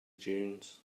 dunes